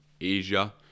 Asia